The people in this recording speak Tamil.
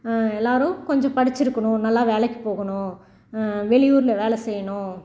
எல்லாேரும் கொஞ்சம் படிச்சிருக்கணும் நல்லா வேலைக்கு போகணும் வெளி ஊரில் வேலை செய்யணும்